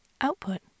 output